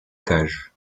cages